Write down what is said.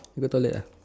you go toilet ah